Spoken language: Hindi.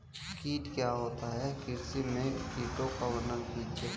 कीट क्या होता है कृषि में कीटों का वर्णन कीजिए?